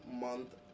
month